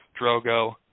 Drogo